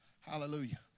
Hallelujah